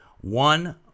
One